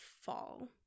fall